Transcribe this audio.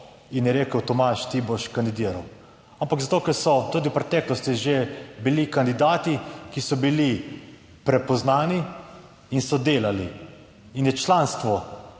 in je rekel, Tomaž, ti boš kandidiral, ampak zato, ker so tudi v preteklosti že bili kandidati, ki so bili prepoznani in so delali in je članstvo